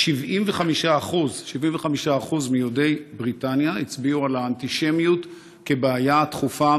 75% מיהודי בריטניה הצביעו על האנטישמיות כבעיה דחופה,